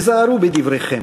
היזהרו בדבריכם.